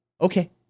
Okay